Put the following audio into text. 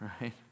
Right